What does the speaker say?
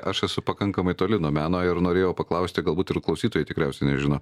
aš esu pakankamai toli nuo meno ir norėjau paklausti galbūt ir klausytojai tikriausiai nežino